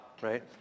right